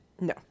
No